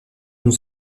nous